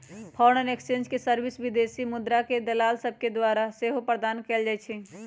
foreign exchange service विदेशी मुद्राके दलाल सभके द्वारा सेहो प्रदान कएल जाइ छइ